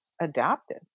adapted